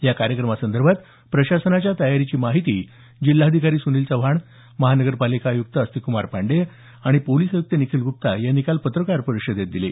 या कार्यक्रमासंदर्भात प्रशासनाच्या तयारीची माहिती जिल्हाधिकारी सुनील चव्हाण महानगरपालिका आयुक्त आस्तिककुमार पांडेय आणि पोलिस आय़क्त निखील गुप्पा यांनी काल पत्रकार परिषदेत दिली